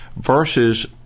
versus